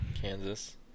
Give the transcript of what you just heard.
Kansas